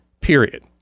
period